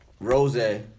Rose